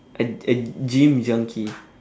a a gym junkie